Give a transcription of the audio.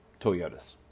Toyotas